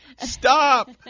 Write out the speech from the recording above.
Stop